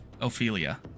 ophelia